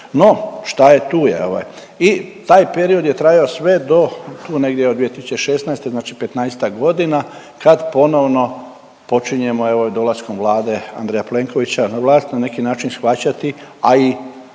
No, šta je tu je ovaj i taj period je trajao sve do tu negdje 2016., znači 15-ak godina kad ponovno počinjemo evo dolaskom Vlade Andreja Plenkovića na vlast na neki način shvaćati, a i